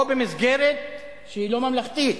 או במסגרת שהיא לא ממלכתית,